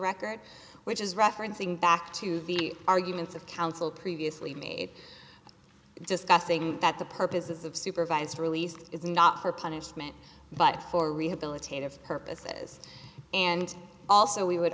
record which is referencing back to the arguments of counsel previously made i'm just guessing that the purposes of supervised release is not for punishment but for rehabilitative purposes and also we would